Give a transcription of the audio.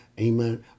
Amen